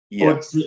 yes